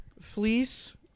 fleece